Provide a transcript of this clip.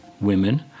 women